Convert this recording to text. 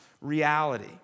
reality